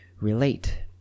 relate